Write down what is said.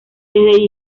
desde